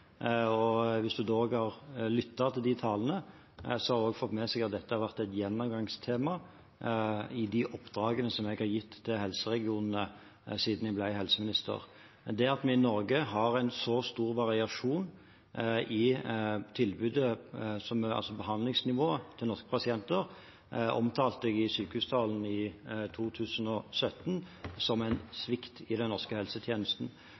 og hvis hun har lyttet til de talene, har hun fått med seg at dette har vært et gjennomgangstema i de oppdragene jeg har gitt til helseregionene siden jeg ble helseminister. Det at en i Norge har en så stor variasjon i behandlingsnivå for norske pasienter, omtalte jeg i sykehustalen i 2017 som en svikt i den norske helsetjenesten.